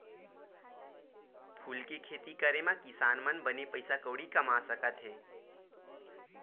फूल के खेती करे मा किसान मन बने पइसा कउड़ी कमा सकत हे